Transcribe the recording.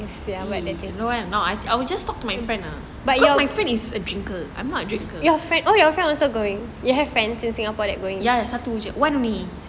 !ee! you know what I will just talk to my friend ah cause my friend is a drinker I'm not a drinker ya satu jer one only